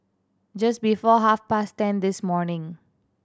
just before half past ten this morning